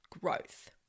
growth